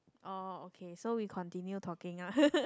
oh okay so we continue talking ah